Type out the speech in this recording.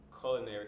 culinary